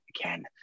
again